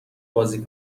بازی